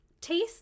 taste